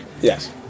Yes